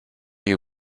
you